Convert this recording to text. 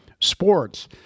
sports